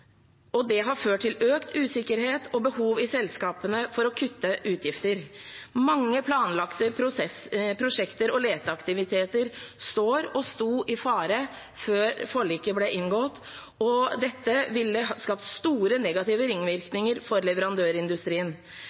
Det har ført til økt usikkerhet og behov i selskapene for å kutte utgifter. Mange planlagte prosjekter og leteaktiviteter står og sto i fare før forliket ble inngått. Dette ville ha skapt store negative ringvirkninger for leverandørindustrien.